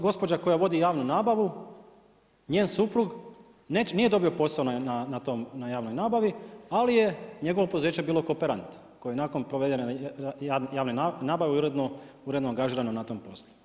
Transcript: Gospođa koja vodi javnu nabavu njen suprug nije dobio posao na tom, na javnoj nabavi ali je njegovo poduzeće bilo kooperant koje je nakon provedene javne nabave uredno angažirano na tom poslu.